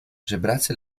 żebracy